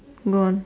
don't